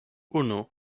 unu